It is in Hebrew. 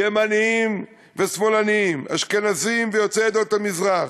ימנים ושמאלנים, אשכנזים ויוצאי עדות המזרח.